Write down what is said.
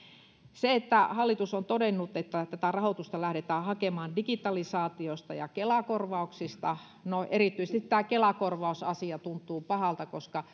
hallitus on todennut että että tätä rahoitusta lähdetään hakemaan digitalisaatiosta ja kela korvauksista no erityisesti tämä kela korvausasia tuntuu pahalta koska